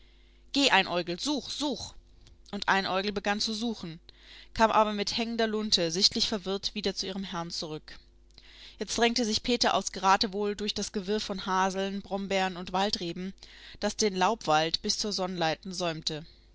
geh einäugel such such und einäugel begann zu suchen kam aber mit hängender lunte sichtlich verwirrt wieder zu ihrem herrn zurück jetzt drängte sich peter aufs geratewohl durch das gewirr von haseln brombeeren und waldreben das den laubwald bis zur sonnleiten